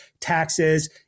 taxes